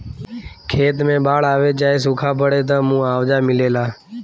खेत मे बाड़ आवे चाहे सूखा पड़े, त मुआवजा मिलेला